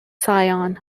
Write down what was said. sion